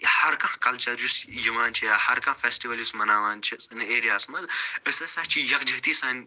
ہر کانٛہہ کَلچَر یُس یِوان چھِ یا ہر کانٛہہ فیٚسٹِوَل یُس مناوان چھِ سٲنِس ایرِیا ہَس منٛز أسۍ ہسا چھِ یَکجہتی سان